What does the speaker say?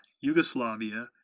Yugoslavia